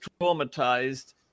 traumatized